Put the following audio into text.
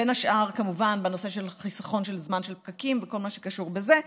בין השאר כמובן בנושא חיסכון זמן של פקקים וכל מה שקשור בזה,